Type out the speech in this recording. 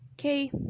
Okay